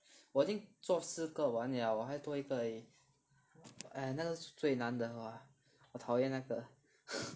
我已经做四个完了我还又多一个而已 !aiya! 那个是最难的 !wah! 我讨厌那个